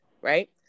right